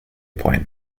point